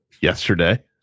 yesterday